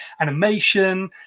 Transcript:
animation